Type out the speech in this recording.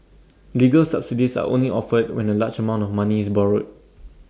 legal subsidies are only offered when A large amount of money is borrowed